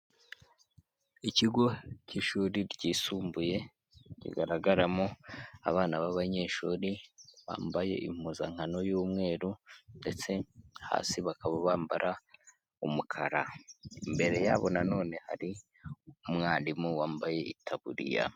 Ikigo cy'ishuri ry'isumbuye, kigaragaramo abana b'abanyeshuri bambaye impuzankano y'umweru, ndetse hasi bakaba bambara umukara, imbere yabo na none hari umwarimu wambaye itaburiya.